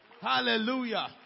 hallelujah